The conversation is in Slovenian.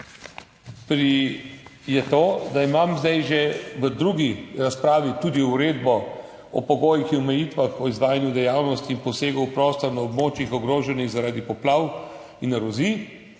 je to, da imam zdaj že v drugi razpravi tudi uredbo o pogojih in omejitvah o izvajanju dejavnosti in posegov v prostor na območjih, ogroženih zaradi poplav in erozij,